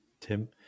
Tim